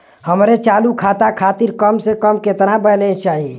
हमरे चालू खाता खातिर कम से कम केतना बैलैंस चाही?